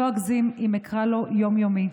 לא אגזים אם אקרא לו יום-יומי,